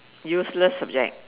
useless subject